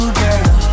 girl